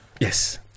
Yes